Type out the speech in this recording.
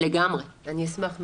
אני אשמח מאוד.